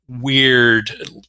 weird